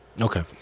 okay